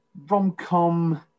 rom-com